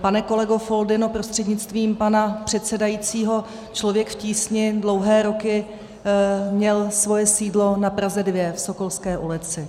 Pane kolego Foldyno, prostřednictvím pana předsedajícího, Člověk v tísni dlouhé roky měl svoje sídlo na Praze 2 v Sokolské ulici.